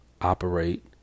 operate